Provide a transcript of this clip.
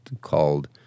called